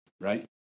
right